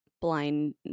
blind